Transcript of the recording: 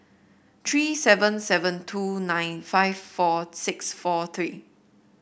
three seven seven two nine five four six four three